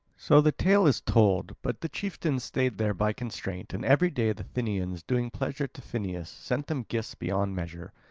so the tale is told, but the chieftains stayed there by constraint, and every day the thynians, doing pleasure to phineus, sent them gifts beyond measure.